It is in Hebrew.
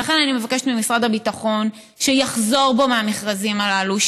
לכן אני מבקשת ממשרד הביטחון שיחזור בו מהמכרזים הללו,